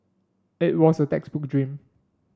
it was the textbook dream